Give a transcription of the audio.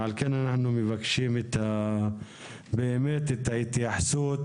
ועל כן אנחנו מבקשים באמת את ההתייחסות